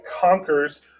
conquers